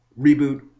reboot